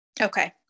Okay